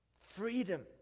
freedom